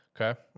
Okay